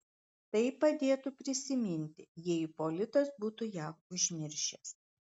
tai padėtų prisiminti jei ipolitas būtų ją užmiršęs